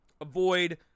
Avoid